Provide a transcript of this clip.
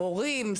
הורים,